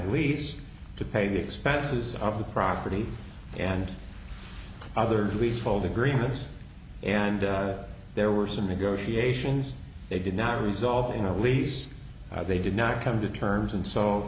lease to pay the expenses of the property and other leasehold agreements and there were some negotiations they did not result in a lease they did not come to terms and so